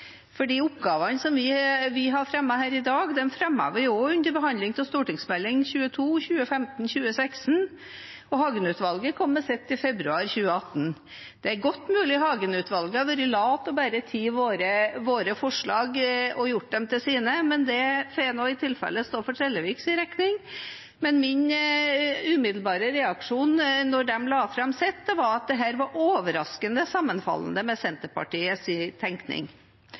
for de oppgavene vi har fremmet forslag om her i dag, fremmet vi også under behandlingen av Meld. St. 22 for 2015–2016. Hagen-utvalget kom med sin rapport i februar 2018. Det er godt mulig Hagen-utvalget har vært lat og bare tatt våre forslag og gjort dem til sine, men det får i tilfelle stå for representanten Trelleviks regning. Min umiddelbare reaksjon da de la fram sin rapport, var at dette var overraskende sammenfallende med Senterpartiets tenkning.